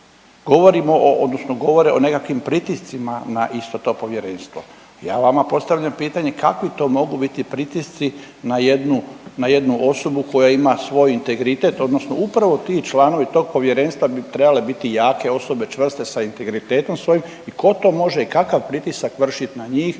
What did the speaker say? Govorimo o, odnosno govore o nekakvim pritiscima na isto to povjerenstvo. Ja vama postavljam pitanje kakvi to mogu biti pritisci na jednu osobu koja ima svoj integritet, odnosno upravo ti članovi tog povjerenstva bi trebale biti jake osobe, čvrste sa integritetom svojim i tko to može i kakav pritisak vršiti na njih